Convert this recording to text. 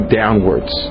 downwards